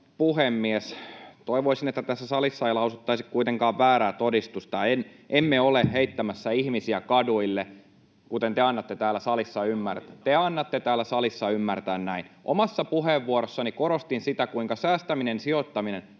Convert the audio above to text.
puhemies! Toivoisin, että tässä salissa ei lausuttaisi kuitenkaan väärää todistusta. Emme ole heittämässä ihmisiä kaduille, kuten te annatte täällä salissa ymmärtää. Te annatte täällä salissa ymmärtää näin. Omassa puheenvuorossani korostin sitä, kuinka säästäminen, sijoittaminen,